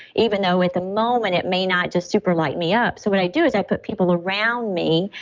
even though at the moment it may not just super light me up. so, what i do is i put people around me,